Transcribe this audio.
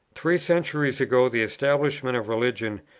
three centuries ago the establishment of religion,